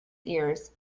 ears